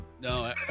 no